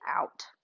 out